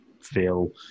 feel